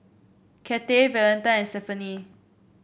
Cathey Valentine and Stephenie